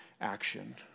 action